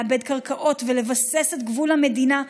לעבד קרקעות ולבסס את גבול המדינה,